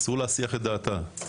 אסור להסיח את דעתה,